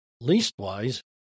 Leastwise